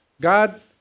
God